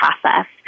process